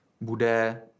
bude